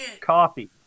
coffee